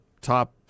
top